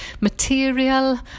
material